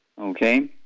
okay